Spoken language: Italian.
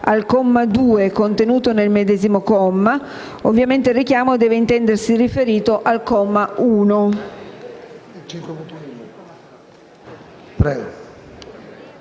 al comma 2 contenuto nel medesimo comma; ovviamente il richiamo deve intendersi riferito al comma 1.